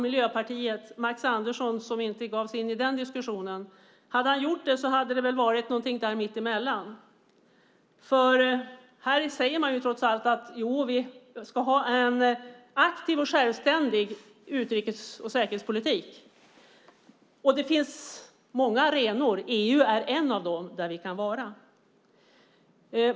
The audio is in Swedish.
Miljöpartiets Max Andersson gav sig inte in i den diskussionen. Om han hade gjort det skulle det väl ha blivit någonting mittemellan. Man säger nämligen att vi ska ha en aktiv och självständig utrikes och säkerhetspolitik, att det finns många arenor, att EU är en av dem och där kan vi vara.